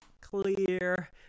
Clear